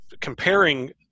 comparing